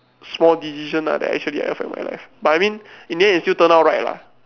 small decision lah that actually affect my life but I mean in the end it still turn out right lah